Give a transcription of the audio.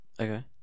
Okay